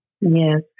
Yes